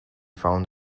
found